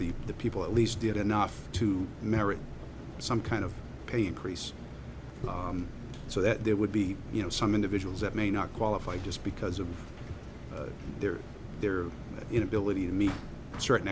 the the people at least did enough to merit some kind of pay increase so that there would be you know some individuals that may not qualify just because of their their inability to meet certain